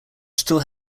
still